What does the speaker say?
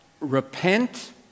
repent